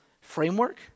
framework